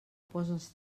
poses